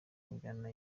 njyana